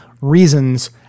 reasons